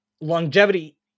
longevity